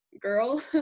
girl